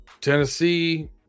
Tennessee